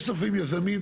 יש לפעמים יזמים,